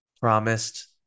promised